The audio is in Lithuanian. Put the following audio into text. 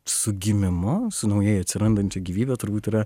su gimimu su naujai atsirandančia gyvybe turbūt yra